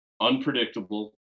unpredictable